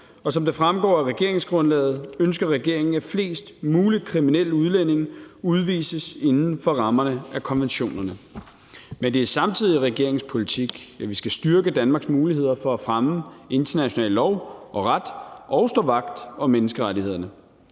og som det fremgår af regeringsgrundlaget, ønsker regeringen, at flest mulige kriminelle udlændinge udvises inden for rammerne af konventionerne. Men det er samtidig regeringens politik, at vi skal styrke Danmarks muligheder for at fremme international lov og ret og stå vagt om menneskerettighederne.